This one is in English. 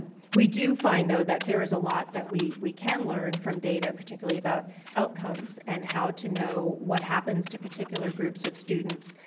we do find though that there is a lot that we we can learn from data particularly about outcomes and how to know what happens to particular groups of students.